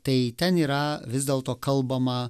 tai ten yra vis dėlto kalbama